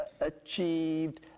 achieved